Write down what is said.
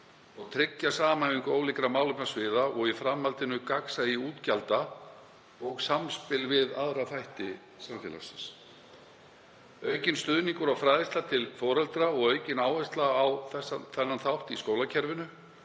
og tryggja samhæfingu ólíkra málefnasviða og í framhaldinu gagnsæi útgjalda og samspil við aðra þætti samfélagsins. Aukinn stuðningur og fræðsla til foreldra og aukin áhersla á þennan þátt í skólakerfinu